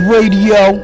Radio